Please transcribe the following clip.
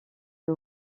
que